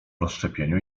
rozszczepieniu